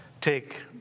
take